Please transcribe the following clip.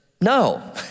no